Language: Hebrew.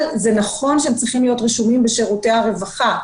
נכון שהם צריכים להיות רשומים בשירותי הרווחה,